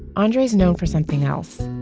andre is known for something else,